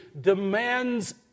demands